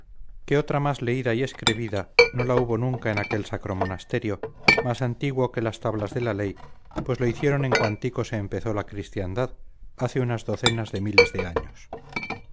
que otra más leída y escrebida no la hubo nunca en aquel sacro monasterio más antiguo que las tablas de la ley pues lo hicieron en cuantico que empezó la cristiandad hace unas docenas de miles de años